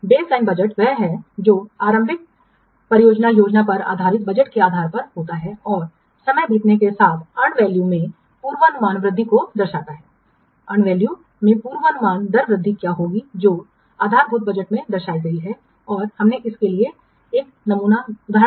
baseline budget वह है जो आरंभिक परियोजना योजना पर आधारित बजट के आधार पर होता है और समय बीतने के साथ अर्न वैल्यू में पूर्वानुमान वृद्धि को दर्शाता है अर्न वैल्यू में पूर्वानुमानित दर वृद्धि क्या होगी जो आधारभूत बजट में दर्शाई गई है और हमने इसके लिए देखा है नमूना उदाहरण